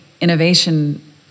innovation